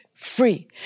Free